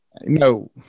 No